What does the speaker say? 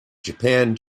japan